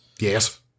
Yes